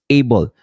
able